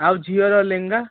ଆଉ ଝିଅର ଲେହେଙ୍ଗା